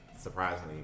surprisingly